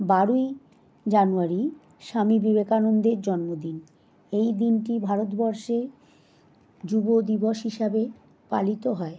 বারোই জানুয়ারি স্বামী বিবেকানন্দের জন্মদিন এই দিনটি ভারতবর্ষে যুব দিবস হিসাবে পালিত হয়